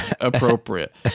appropriate